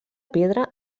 pedra